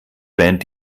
band